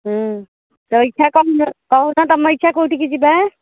ତୋ ଇଚ୍ଛା କ'ଣ କହୁନ ତୁମ ଇଚ୍ଛା କେଉଁଠିକୁ ଯିବା